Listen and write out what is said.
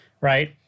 right